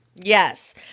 Yes